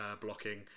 blocking